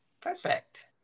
Perfect